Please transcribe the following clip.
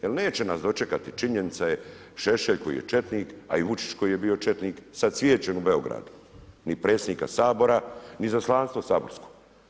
Jel neće nas dočekati činjenica je Šešelj koji je četnik, a i Vučić koji je bio četnik sa cvijećem u Beogradu ni predsjednika Sabora ni izaslanstvo saborsko.